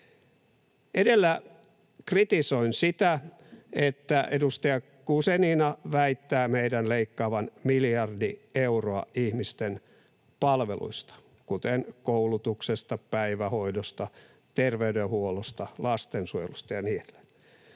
Edellä kritisoin sitä, että edustaja Guzenina väittää meidän leikkaavan miljardi euroa ihmisten palveluista, kuten koulutuksesta, päivähoidosta, terveydenhuollosta, lastensuojelusta ja niin edelleen.